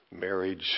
Marriage